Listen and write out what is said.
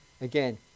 Again